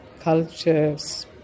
cultures